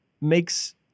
makes